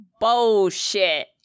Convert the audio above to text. Bullshit